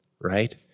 right